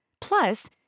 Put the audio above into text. Plus